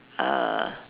uh